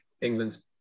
England's